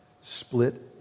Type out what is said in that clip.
split